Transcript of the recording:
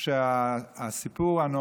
כשהייתי ילד,